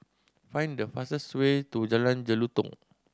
find the fastest way to Jalan Jelutong